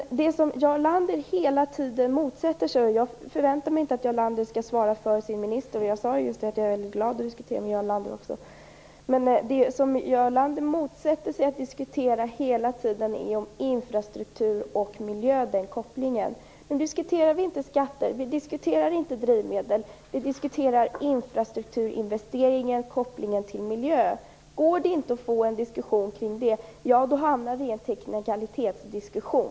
Jag förväntar mig inte att Jarl Lander skall svara för sin minister, och jag sade också att jag är glad åt att få diskutera med Jarl Lander. Det som Jarl Lander hela tiden motsätter sig att diskutera är kopplingen mellan infrastruktur och miljö. Men nu diskuterar vi inte skatter. Vi diskuterar inte drivmedel. Vi diskuterar infrastrukturinvesteringen och kopplingen till miljön. Går det inte att få en diskussion kring det hamnar vi i en teknikalitetsdiskussion.